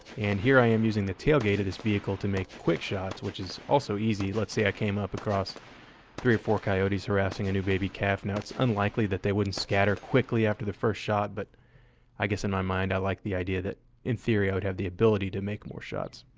and here i am using the tailgate of this vehicle to make quick shots, which is also easy. let's say i came up across three or four coyotes harassing maybe a baby calf, now it's unlikely that they wouldn't scatter quickly after the first shot but i guess in my mind i like the idea that in theory i would have the ability to make more shots.